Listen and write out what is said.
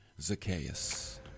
Zacchaeus